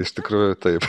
iš tikrųjų taip